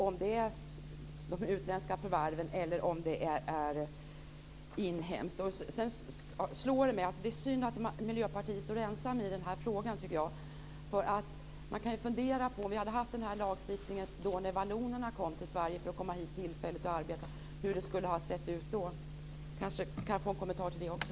Är det de utländska förvärven eller de inhemska? Det är synd att Miljöpartiet står ensamt i den här frågan. Man kan fundera på hur det skulle ha sett ut om vi hade haft den här lagstiftningen då vallonerna kom till Sverige för att arbeta här tillfälligt. Jag kanske kan få en kommentar till det också.